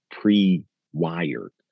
pre-wired